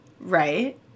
Right